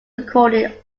recorded